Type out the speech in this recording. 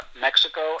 Mexico